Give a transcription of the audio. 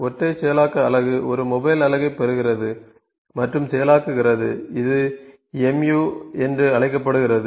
ஒற்றை செயலாக்க அலகு ஒரு மொபைல் அலகை பெறுகிறது மற்றும் செயலாக்குகிறது இது MU மொபைல் அலகு என்று அழைக்கப்படுகிறது